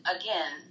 again